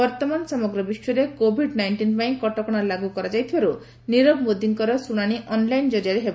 ବର୍ତ୍ତମାନ ସମଗ୍ର ବିଶ୍ୱରେ କୋଭିଡ ନାଇଷ୍ଟିନ୍ ପାଇଁ କଟକଣା ଲାଗୁ କରାଯାଇଥିବାରୁ ନିରବ ମୋଦିଙ୍କର ଶୁଣାଣି ଅନ୍ଲାଇନ୍ ଜରିଆରେ ହେବ